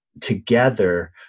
together